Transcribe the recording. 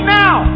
now